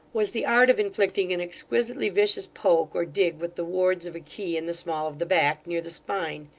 was the art of inflicting an exquisitely vicious poke or dig with the wards of a key in the small of the back, near the spine.